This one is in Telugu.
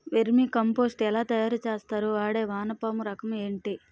వెర్మి కంపోస్ట్ ఎలా తయారు చేస్తారు? వాడే వానపము రకం ఏంటి?